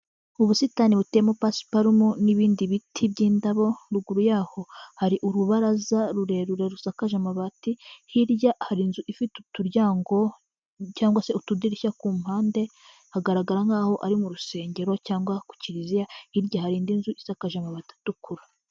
Ubusitani buteyemo pasupalume n'ibindi biti by'indabo, ruguru yaho hari urubaraza rurerure rusakaje amabati. Hirya hari inzu ifite uturyango, cyangwa se utudirishya ku mpande hagaragara nkaho ari mu rusengero cyangwa ku kiliziya, hirya hari indi nzu isakaje amabati atukura.